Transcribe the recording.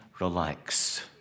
relax